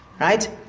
right